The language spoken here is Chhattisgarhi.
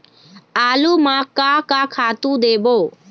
आलू म का का खातू देबो?